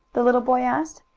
the little boy asked.